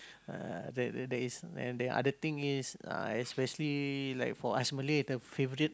uh there there there is and the other thing is uh especially like for us Malay the favorite